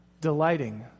delighting